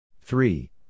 three